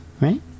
Right